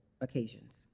occasions